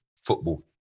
football